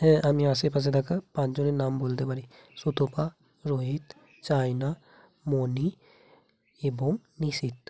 হ্যাঁ আমি আশেপাশে থাকা পাঁচজনের নাম বলতে পারি সুতপা রোহিত চায়না মণি এবং নিশীত